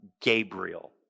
Gabriel